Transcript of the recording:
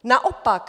Naopak!